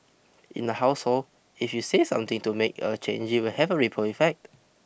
in the household if you say something to make a change it will have a ripple effect